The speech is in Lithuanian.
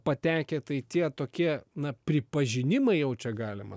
patekę tai tie tokie na pripažinimai jau čia galima